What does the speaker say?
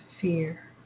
fear